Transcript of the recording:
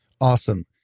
Awesome